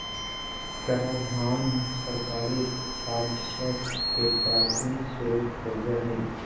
कराधान सरकारी राजस्व के प्राथमिक स्रोत होबो हइ